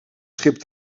schip